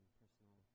personal